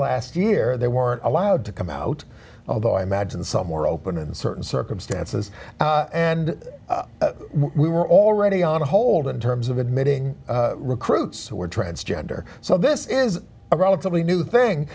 last year they were allowed to come out although i imagine some more open in certain circumstances and we were already on hold in terms of admitting recruits who were transgender so this is a relatively new thing